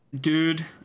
dude